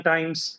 Times